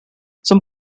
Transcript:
some